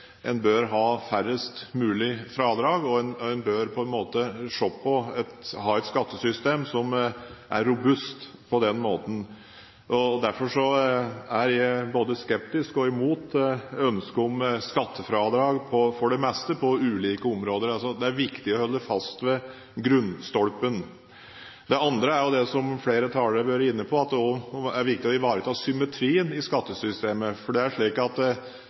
en slags gyllen regel når det gjelder skattesystemet, og det er å legge til rette for brede skattegrunnlag og lave satser. Det betyr at man bør ha færrest mulige fradrag, og man bør ha et skattesystem som er robust på den måten. Derfor er jeg både skeptisk til og imot ønske om skattefradrag – for det meste – på ulike områder. Det er viktig å holde fast ved grunnstolpen. Det andre, som flere talere har vært inne på, er at det er viktig å ivareta symmetrien i skattesystemet, for det er